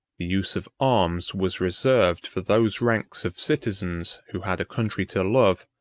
the use of arms was reserved for those ranks of citizens who had a country to love,